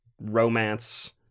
romance